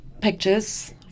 pictures